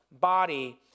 body